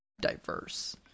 diverse